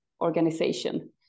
organization